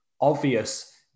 obvious